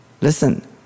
listen